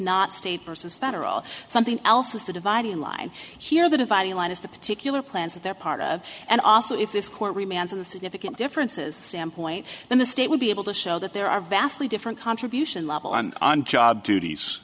not state versus federal something else is the dividing line here the dividing line is the particular plans that they're part of and also if this court remains in the significant differences standpoint then the state will be able to show that there are vastly different contribution level and on job duties